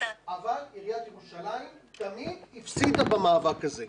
אבל עיריית ירושלים תמיד הפסידה במאבק הזה,